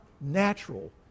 natural